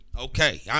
Okay